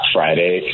Friday